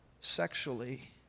sexually